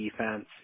defense